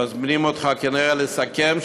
מזמינים אותך, כנראה, לסכם.